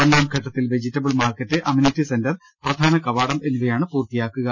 ഒന്നാം ഘട്ടത്തിൽ vegetable market amenity centre പ്രധാന കവാടം എന്നിവയാണ് പൂർത്തിയാക്കുക